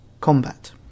Combat